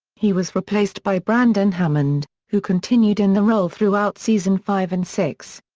he was replaced by brandon hammond, who continued in the role throughout season five and six.